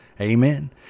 Amen